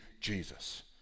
Jesus